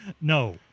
No